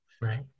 Right